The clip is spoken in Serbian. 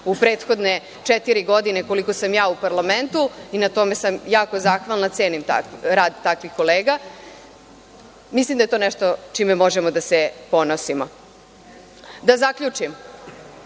u prethodne četiri godine, koliko sam ja u parlamentu, i na tome sam jako zahvalna, cenim rad takvih kolega, mislim da je to nešto čime možemo da se ponosimo. Da zaključim,